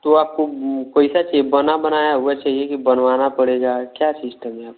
तो आपको कैसा चहिए बना बनाया हुआ चाहिए कि बनवाना पड़ेगा क्या सिस्टम है अब